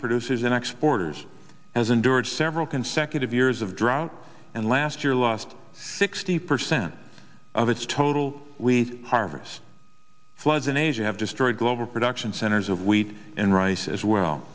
produce is an export years has endured several consecutive years of drought and last year lost sixty percent of its total we harvest floods in asia have destroyed global production centers of wheat and rice as well